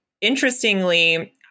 interestingly